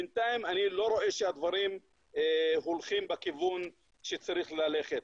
בינתיים אני לא רואה שהדברים הולכים בכיוון שצריך ללכת.